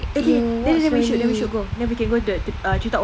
okay then we should we should go then we can go the ah treetop walk